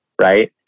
right